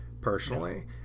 personally